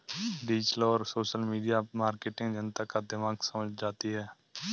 digital और social media marketing जनता का दिमाग समझ जाती है